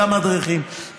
גם מדריכים,